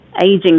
aging